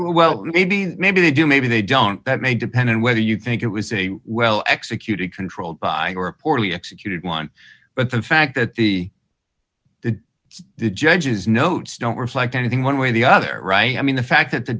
well maybe maybe they do maybe they don't that may depend on whether you think it was a well executed controlled by or a poorly executed one but the fact that the judge's notes don't reflect anything one way or the other right i mean the fact that the